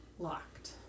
Locked